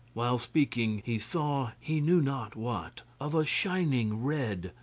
while speaking, he saw he knew not what, of a shining red,